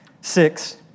Six